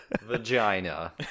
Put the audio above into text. vagina